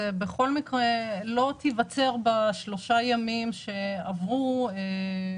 בכל מקרה לא תיווצר ב-3 ימים שעברו טעות להחזר לאף אחד.